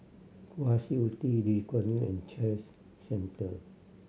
Kwa Siew Tee Lee Kuan Yew and Centre